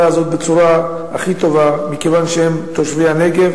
הזאת בצורה הכי טובה מכיוון שהם תושבי הנגב,